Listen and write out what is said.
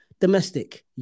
Domestic